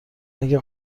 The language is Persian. اگه